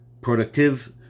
productive